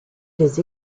les